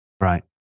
Right